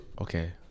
Okay